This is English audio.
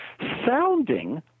sounding